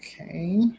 okay